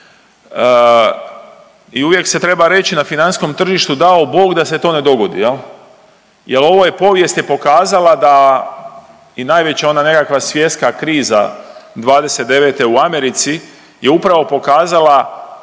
I uvijek se treba reći na financijskom tržištu dao Bog da se to ne dogodi jel povijest je pokazala da i najveća ona nekakva svjetska kriza '29. u Americi je upravo pokazala